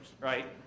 right